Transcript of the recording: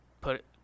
put